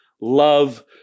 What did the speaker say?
love